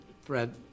Fred